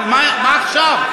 אבל מה עכשיו?